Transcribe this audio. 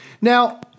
now